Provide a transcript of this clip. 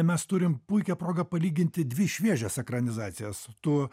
mes turim puikią progą palyginti dvi šviežias ekranizacijas tu